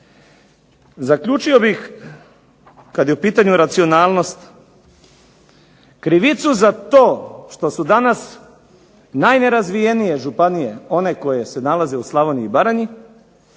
Zaključio bih, kad je u pitanju racionalnost, krivicu za to što su danas najnerazvijenije županije one koje se nalaze u Slavoniji i Baranji